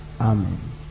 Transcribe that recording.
Amen